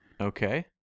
Okay